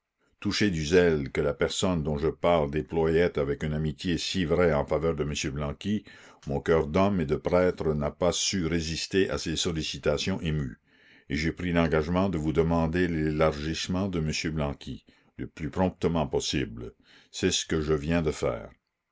touché du zèle que la personne dont je parle déployait avec une amitié si vraie en faveur de m blanqui mon cœur d'homme et de prêtre n'a pas su résister à ses sollicitations émues et j'ai pris l'engagement de vous demander l'élargissement de m blanqui le plus promptement possible c'est ce que je viens de faire